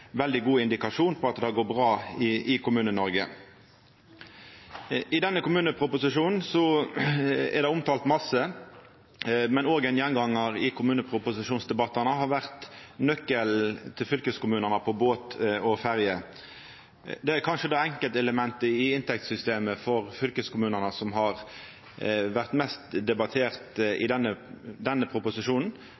veldig god indikasjon på at det går bra i Kommune-Noreg. I denne kommuneproposisjonen er mykje omtalt, men ein gjengangar i kommuneproposisjonsdebattane har vore nøkkelen til fylkeskommunane på båt og ferje. Det er kanskje det enkeltelementet i inntektssystemet for fylkeskommunane som har vore mest debattert i